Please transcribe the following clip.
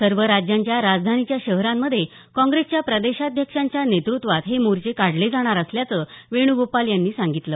सर्व राज्यांच्या राजधानीच्या शहरांमध्ये काँग्रेसच्या प्रदेशाध्यक्षांच्या नेतृत्वात हे मोर्चे काढले जाणार असल्याचं वेण्गोपाल यांनी सांगितलं